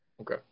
Okay